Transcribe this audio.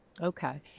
Okay